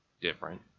different